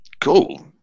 Cool